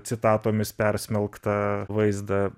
citatomis persmelktą vaizdą